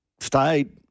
stayed